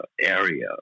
area